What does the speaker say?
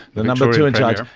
the number two in charge,